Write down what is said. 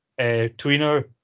Tweener